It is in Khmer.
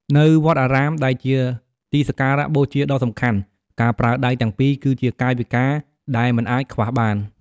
នៅវត្តអារាម ដែលជាទីសក្ការបូជាដ៏សំខាន់ ការប្រើដៃទាំងពីរ គឺជាកាយវិការដែលមិនអាចខ្វះបាន។